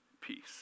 peace